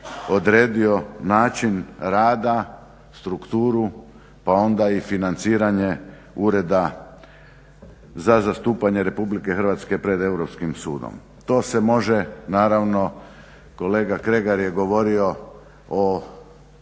odredio način rada, strukturu pa ona i financiranje ureda za zastupanje RH pred Europskim sudom. To se može naravno, kolega Kregar je govorio o,